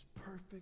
perfect